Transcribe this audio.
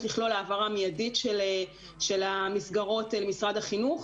לכלול העברה מיידית של המסגרות למשרד החינוך,